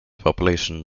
population